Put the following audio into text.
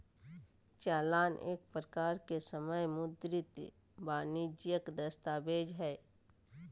चालान एक प्रकार के समय मुद्रित वाणिजियक दस्तावेज हय